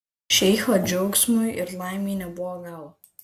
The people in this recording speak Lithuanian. šeicho džiaugsmui ir laimei nebuvo galo